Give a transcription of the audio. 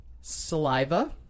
Saliva